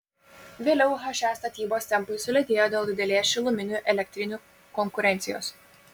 vėliau he statybos tempai sulėtėjo dėl didelės šiluminių elektrinių konkurencijos